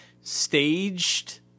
staged